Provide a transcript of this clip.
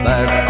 Back